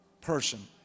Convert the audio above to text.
person